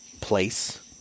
place